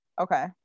okay